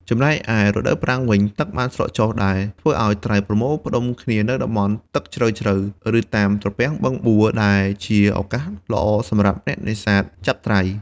ចំណែកឯរដូវប្រាំងវិញ ទឹកបានស្រកចុះ ដែលធ្វើឲ្យត្រីប្រមូលផ្ដុំគ្នានៅតំបន់ទឹកជ្រៅៗ ឬតាមត្រពាំងបឹងបួរ ដែលជាឱកាសល្អសម្រាប់អ្នកនេសាទចាប់ត្រី។